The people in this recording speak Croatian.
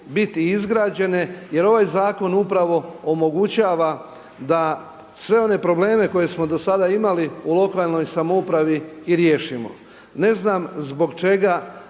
biti izgrađene. Jer ovaj zakon upravo omogućava da sve one probleme koje smo do sada imali u lokalnoj samoupravi i riješimo. Ne znam zbog čega